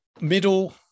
middle